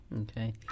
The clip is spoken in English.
Okay